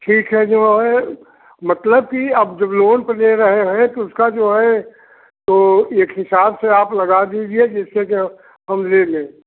ठीक है जो है मतलब कि अब जब लोन पर ले रहें हैं तो उसका जो है तो एक हिसाब से आप लगा दीजिए जिससे कि ह हम ले लें